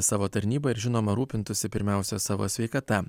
savo tarnybą ir žinoma rūpintųsi pirmiausia savo sveikata